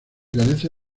carece